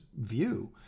view